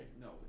No